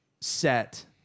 set